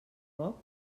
poc